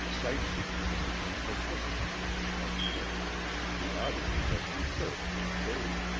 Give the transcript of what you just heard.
the sightseers had become participants in the spectacle the audience had usurped the stage.